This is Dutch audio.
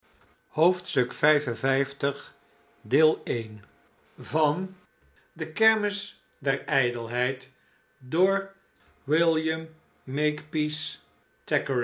i oclocrooococoocococooclf de kermis der ijdelheid van william